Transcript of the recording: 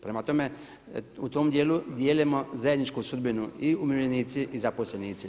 Prema tome, u tom dijelu dijelimo zajedničku sudbinu i umirovljenici i zaposlenici.